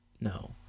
no